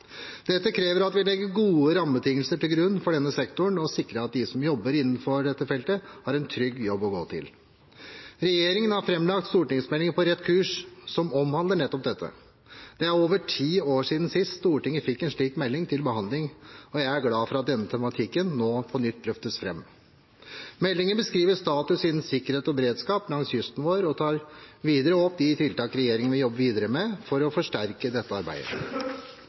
Dette krever at vi legger gode rammebetingelser til grunn for denne sektoren, og sikrer at de som jobber innenfor dette feltet, har en trygg jobb å gå til. Regjeringen har framlagt stortingsmeldingen På rett kurs, som omhandler nettopp dette. Det er over ti år siden sist Stortinget fikk en slik melding til behandling, og jeg er glad for at denne tematikken nå på nytt løftes fram. Meldingen beskriver status innen sikkerhet og beredskap langs kysten vår og tar videre opp de tiltak regjeringen vil jobbe videre med for å forsterke dette arbeidet.